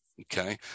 Okay